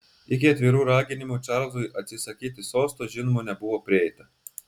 iki atvirų raginimų čarlzui atsisakyti sosto žinoma nebuvo prieita